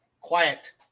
Quiet